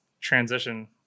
transition